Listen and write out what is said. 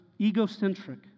egocentric